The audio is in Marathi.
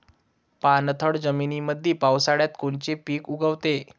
पाणथळ जमीनीमंदी पावसाळ्यात कोनचे पिक उगवते?